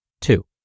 Two